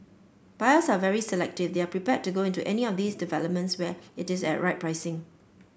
buyers are very selective they are prepared to go into any of these developments where it is at right pricing